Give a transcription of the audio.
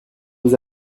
vous